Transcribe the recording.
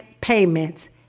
payments